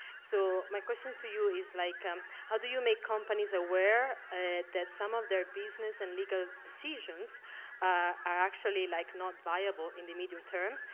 so my question to you is like um how do you make companies aware ah that some of their business, and legal decisions are actually like not viable in the medium term,